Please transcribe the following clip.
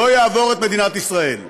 לא יעבור את מדינת ישראל.